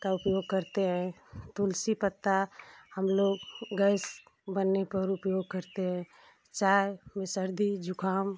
का उपयोग करते हैं तुलसी पत्ता हम लोग गैस बनने पर उपयोग करते हैं चाय में सर्दी जुकाम